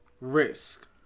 risk